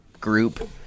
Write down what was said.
group